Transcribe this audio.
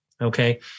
Okay